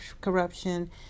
corruption